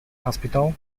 hospital